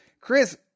Chris